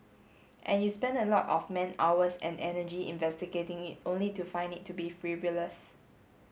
and you spend a lot of man hours and energy investigating it only to find it to be frivolous